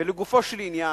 לגופו של עניין,